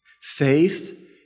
Faith